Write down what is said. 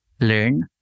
learn